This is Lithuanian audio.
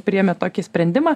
priėmė tokį sprendimą